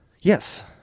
Yes